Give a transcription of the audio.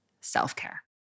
self-care